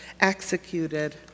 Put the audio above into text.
executed